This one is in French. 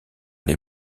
les